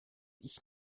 ich